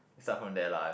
start from there lah